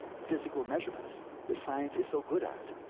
physical measurements that science is so good at.